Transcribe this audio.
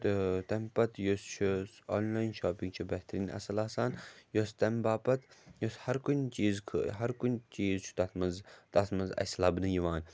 تہٕ تَمہِ پَتہٕ یُس چھُ آنلایَن شاپِنٛگ چھِ بہتریٖن اَصٕل آسان یۄس تَمہِ باپَتھ یُس ہر کُنہِ چیٖز ہر کُنہِ چیٖز چھُ تَتھ منٛز تَتھ منٛز اَسہِ لَبنہٕ یِوان